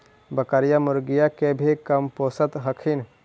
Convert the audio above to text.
बकरीया, मुर्गीया के भी कमपोसत हखिन?